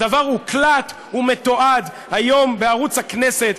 הדבר הוקלט ומתועד היום בערוץ הכנסת,